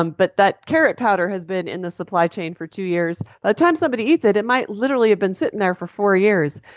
um but that carrot powder has been in the supply chain for two years. by the time somebody eats it, it might literally have been sitting there for four years.